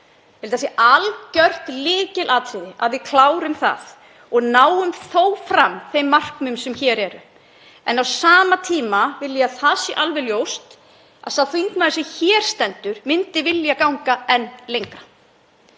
að það sé algjört lykilatriði að við klárum það og náum þó fram þeim markmiðum sem hér eru. Á sama tíma vil ég að það sé alveg ljóst að sá þingmaður sem hér stendur myndi vilja ganga enn lengra.